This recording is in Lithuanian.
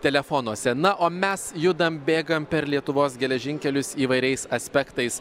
telefonuose na o mes judam bėgam per lietuvos geležinkelius įvairiais aspektais